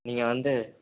நீங்கள் வந்து